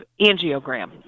angiogram